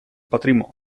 patrimonio